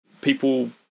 people